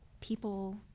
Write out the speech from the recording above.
people